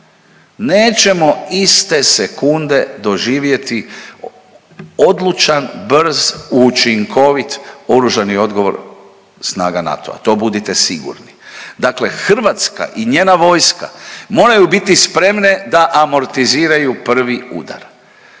Nećemo iste sekunde doživjeti odlučan, brz, učinkovit oružani odgovor snaga NATO-a, to budite sigurni. Dakle Hrvatska i njena vojska moraju biti spremne da amortiziraju prvi udar.